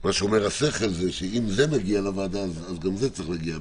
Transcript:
שאומר השכל הוא שאם זה מגיע לוועדה אז גם זה צריך להגיע,